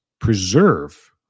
preserve